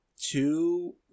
two